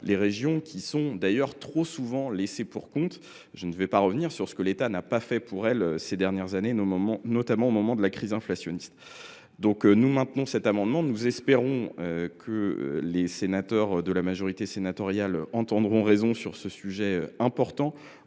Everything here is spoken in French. Les régions sont trop souvent laissées pour compte. Je ne reviendrai pas sur ce que l’État n’a pas fait pour elles ces dernières années, notamment au moment de la crise inflationniste. Nous maintenons donc cet amendement. Nous espérons que les membres de la majorité sénatoriale entendront raison sur ce sujet important